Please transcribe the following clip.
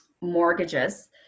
mortgages